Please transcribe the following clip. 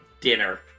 dinner